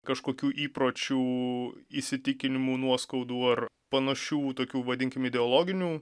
kažkokių įpročių įsitikinimų nuoskaudų ar panašių tokių vadinkim ideologinių